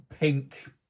pink